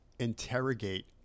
interrogate